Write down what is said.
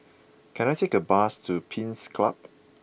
can I take a bus to Pines Club